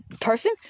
person